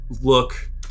look